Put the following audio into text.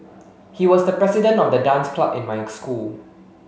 he was the president of the dance club in my school